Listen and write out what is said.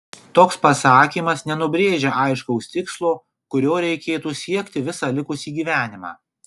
toks pasakymas nenubrėžia aiškaus tikslo kurio reikėtų siekti visą likusį gyvenimą